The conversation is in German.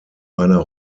einer